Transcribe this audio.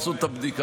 תעשו את הבדיקה.